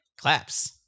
Claps